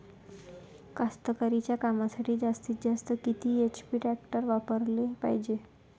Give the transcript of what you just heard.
कास्तकारीच्या कामासाठी जास्तीत जास्त किती एच.पी टॅक्टर वापराले पायजे?